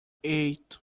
eight